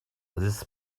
this